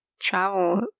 travel